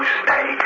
stay